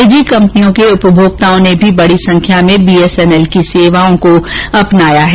निजी कंपनियों के उपमोक्ताओं ने भी बड़ी संख्या में बीएसएनएल की सेवाओं को अपनाया है